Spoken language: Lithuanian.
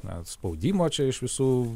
na spaudimo čia iš visų